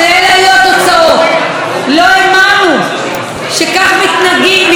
לא האמנו שכך מתנהגים בקרנות הקולנוע,